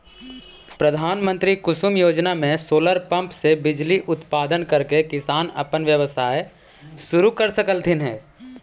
प्रधानमंत्री कुसुम योजना में सोलर पंप से बिजली उत्पादन करके किसान अपन व्यवसाय शुरू कर सकलथीन हे